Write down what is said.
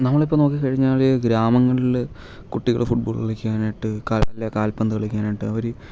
നമ്മളിപ്പോൾ നോക്കിക്കഴിഞ്ഞാൽ ഗ്രാമങ്ങളിൽ കുട്ടികൾ ഫുട്ബോൾ കളിക്കാനായിട്ട് കാ അല്ലെ കാൽപന്ത് കളിക്കാനായിട്ട് അവർ